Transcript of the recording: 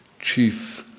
chief